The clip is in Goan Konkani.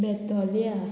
बेतोल्या